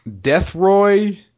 Deathroy